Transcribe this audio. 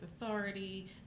authority